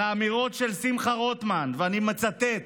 על האמירות של שמחה רוטמן, ואני מצטט: